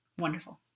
wonderful